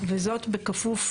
הצבעה לא התקבלה.